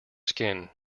skin